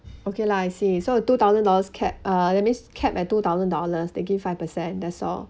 okay lah I see so two thousand dollars cap uh that means capped at two thousand dollars they give five percent that's all